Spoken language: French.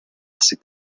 cet